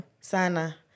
Sana